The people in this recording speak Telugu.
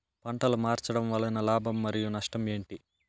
పంటలు మార్చడం వలన లాభం మరియు నష్టం ఏంటి